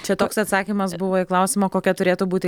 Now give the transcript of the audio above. čia toks atsakymas buvo į klausimą kokia turėtų būti